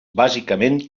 bàsicament